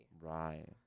Right